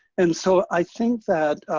and so i think that,